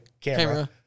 camera